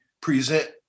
present